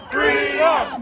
Freedom